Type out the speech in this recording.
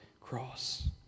cross